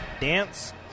dance